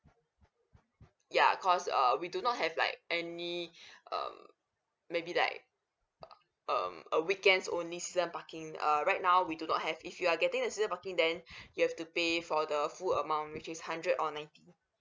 yeah because uh we do not have like any um maybe like um a weekends only season parking uh right now we do not have if you are getting the season parking then you have to pay for the full amount which is hundred or ninety